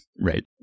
Right